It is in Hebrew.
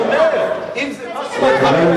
אם יש משהו נכון,